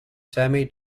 sammy